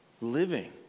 living